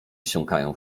wsiąkają